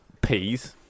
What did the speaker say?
peas